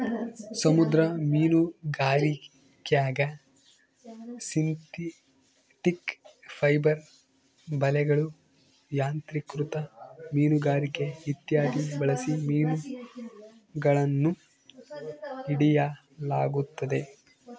ಸಮುದ್ರ ಮೀನುಗಾರಿಕ್ಯಾಗ synthetic fibre ಬಲೆಗಳು, ಯಾಂತ್ರಿಕೃತ ಮೀನುಗಾರಿಕೆ ಇತ್ಯಾದಿ ಬಳಸಿ ಮೀನುಗಳನ್ನು ಹಿಡಿಯಲಾಗುತ್ತದೆ